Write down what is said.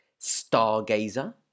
Stargazer